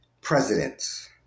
presidents